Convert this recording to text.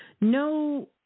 No